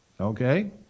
Okay